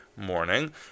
morning